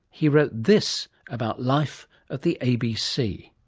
he wrote this about life at the abc.